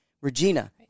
Regina